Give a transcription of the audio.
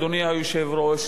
אדוני היושב-ראש,